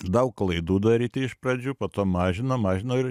daug klaidų daryti iš pradžių po to mažino mažino ir